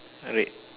red